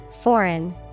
Foreign